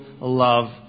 love